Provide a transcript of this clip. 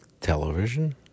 television